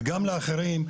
וגם לאחרים,